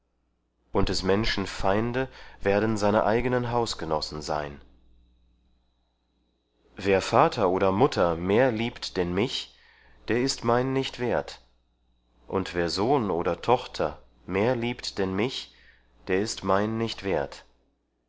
und des menschen feinde werden seine eigenen hausgenossen sein wer vater oder mutter mehr liebt denn mich der ist mein nicht wert und wer sohn oder tochter mehr liebt denn mich der ist mein nicht wert